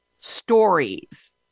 stories